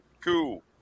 Cool